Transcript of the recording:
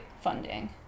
funding